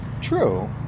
True